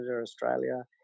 Australia